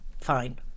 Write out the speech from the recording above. fine